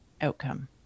outcome